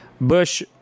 Bush